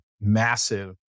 massive